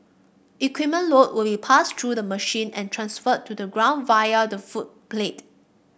equipment load will be passed through the machine and transferred to the ground via the footplate